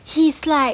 he's like